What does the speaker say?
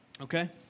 Okay